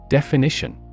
Definition